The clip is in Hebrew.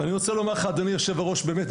אני רוצה לומר לך אדוני יושב הראש באמת,